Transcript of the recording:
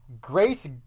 Grace